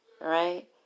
right